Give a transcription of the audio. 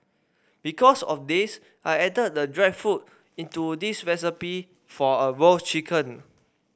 because of this I added the dried fruit into this recipe for a roast chicken